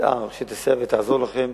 מיתאר שתסייע ותעזור לכם.